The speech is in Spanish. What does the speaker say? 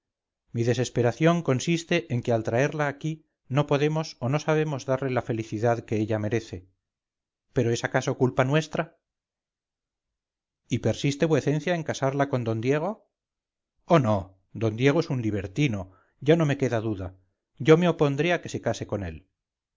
mi desesperación consiste en que al traerla aquí no podemos o no sabemos darle la felicidad que ella merece pero es acaso culpa nuestra y persiste vuecencia en casarla con don diego oh no d diego es un libertino ya no me queda duda yo me opondré a que se case con él